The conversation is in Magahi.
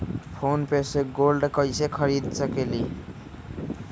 फ़ोन पे से गोल्ड कईसे खरीद सकीले?